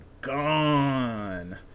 gone